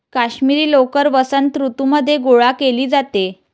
काश्मिरी लोकर वसंत ऋतूमध्ये गोळा केली जाते